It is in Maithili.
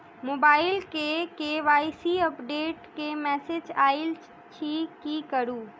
मोबाइल मे के.वाई.सी अपडेट केँ मैसेज आइल अछि की करू?